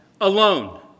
alone